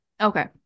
Okay